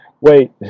Wait